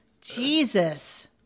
Jesus